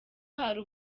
hari